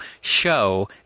show